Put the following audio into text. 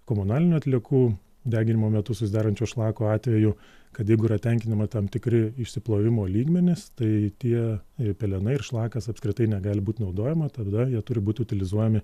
komunalinių atliekų deginimo metu susidarančio šlako atveju kad jeigu yra tenkinama tam tikri išsiplovimo lygmenys tai tie pelenai ir šlakas apskritai negali būt naudojama tada jie turi būt utilizuojami